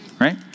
right